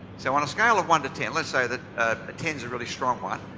so on a scale of one to ten. let's say that ten is a really strong one,